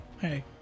hey